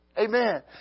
Amen